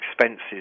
expenses